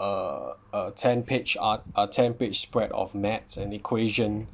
uh uh ten page art uh ten page spread of maths and equation